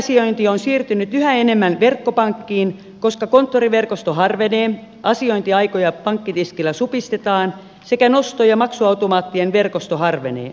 pankkiasiointi on siirtynyt yhä enemmän verkkopankkiin koska konttoriverkosto harvenee asiointiaikoja pankkitiskillä supistetaan sekä nosto ja maksuautomaattien verkosto harvenee